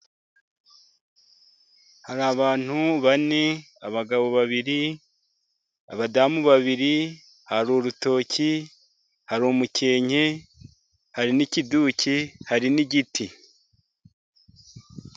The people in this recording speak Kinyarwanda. Hari abantu bane, abagabo babiri, abadamu babiri, hari urutoki, hari umukenke, hari n'ikiduki, hari n'igiti.